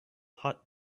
hot